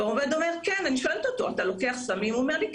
אני שואלת את העובד אם הוא לוקח סמים,